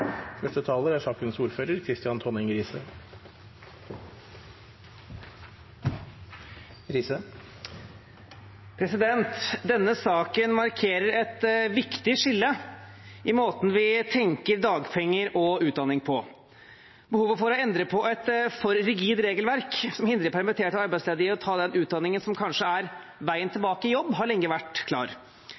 Denne saken markerer et viktig skille i måten vi tenker dagpenger og utdanning på. Behovet for å endre på et for rigid regelverk som hindrer permitterte og arbeidsledige i å ta den utdanningen som kanskje er veien tilbake i jobb, har lenge vært